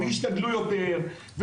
וישתדלו יותר,